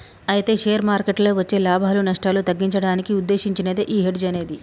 అయితే షేర్ మార్కెట్లలో వచ్చే లాభాలు నష్టాలు తగ్గించడానికి ఉద్దేశించినదే ఈ హెడ్జ్ అనేది